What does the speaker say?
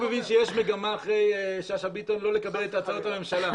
מבין שאחרי שאשא ביטון יש מגמה לא לקבל את החלטת הממשלה.